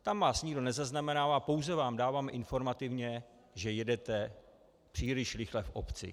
Tam vás nikdo nezaznamenává, pouze vám dáváme informativně, že jedete příliš rychle v obci.